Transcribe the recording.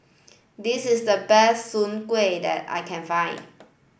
this is the best Soon Kueh that I can find